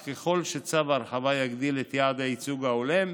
כך, ככל שצו ההרחבה יגדיל את יעד הייצוג ההולם,